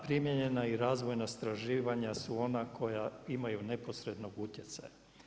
Primijenjena i razvojna istraživanja su ona koja imaju neposrednog utjecaja.